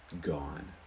gone